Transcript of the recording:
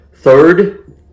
Third